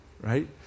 right